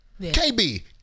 KB